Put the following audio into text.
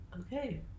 Okay